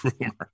rumor